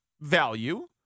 value